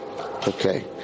okay